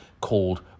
called